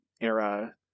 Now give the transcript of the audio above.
era